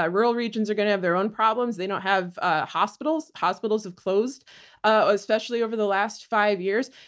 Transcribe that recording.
ah rural regions are going to have their own problems. they don't have ah hospitals. hospitals have closed especially over the last five years.